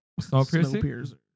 Snowpiercer